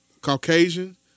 Caucasian